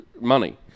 money